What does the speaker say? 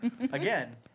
again